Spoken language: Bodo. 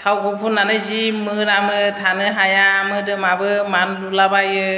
थावखौ फोननानै जि मोनामो थानो हाया मोदोमाबो मान्दुलाबायो